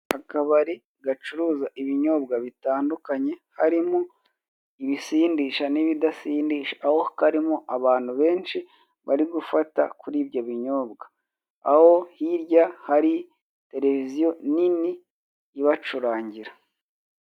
Akabari gacuruza ibinyobwa bitandukanye, harimo ibisindisha n'ibidasindisha, aho karimo abantu benshi bari gufata kuri ibyo binyobwa. Aho hirya hari televzizyo nini ibacurangira.